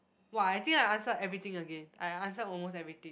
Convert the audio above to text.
!wah! I think I answered everything again I answered almost everything